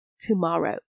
tomorrow